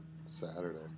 saturday